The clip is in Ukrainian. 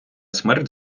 смерть